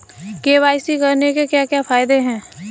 KYC करने के क्या क्या फायदे हैं?